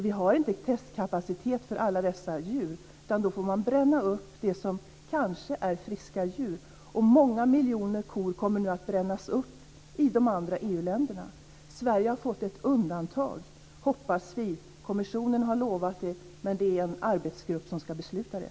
Vi har inte testkapacitet för alla dessa djur, utan då får man bränna upp det som kanske är friska djur. Många miljoner kor kommer nu att brännas upp i de andra EU Sverige har fått ett undantag, hoppas vi. Kommissionen har lovat det, men det är en arbetsgrupp som ska besluta det.